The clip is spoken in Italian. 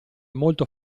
molto